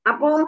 Apo